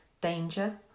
danger